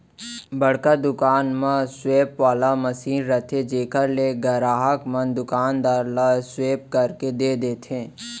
बड़का दुकान म स्वेप वाले मसीन रथे जेकर ले गराहक मन दुकानदार ल स्वेप करके दे देथे